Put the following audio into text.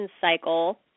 cycle